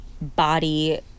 body